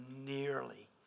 nearly